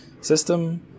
system